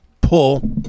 pull